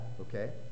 okay